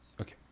Okay